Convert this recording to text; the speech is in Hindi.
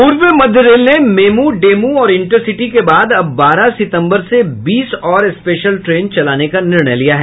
पूर्व मध्य रेल ने मेम् डेमू और इंटरसिटी के बाद अब बारह सितंबर से बीस और स्पेशल ट्रेन चलाने का निर्णय लिया है